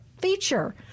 feature